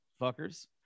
fuckers